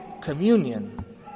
communion